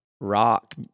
rock